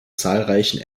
zahlreichen